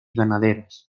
ganaderas